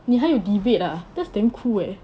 你还有 debate ah that's damn cool eh